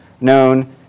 known